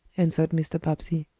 answered mr. bobbsey.